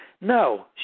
No